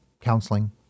counseling